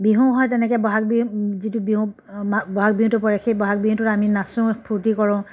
বিহুও হয় তেনেকৈ বহাগ বিহু যিটো বিহু বহাগ বিহুতো পৰে সেই বহাগ বিহুটোত আমি নাচোঁ ফূৰ্তি কৰোঁ